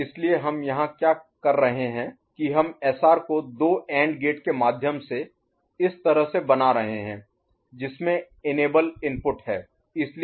इसलिए हम यहां क्या कर रहे हैं कि हम एसआर को दो एंड गेट के माध्यम से इस तरह से बना रहे हैं जिसमे इनेबल इनपुट है